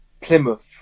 Plymouth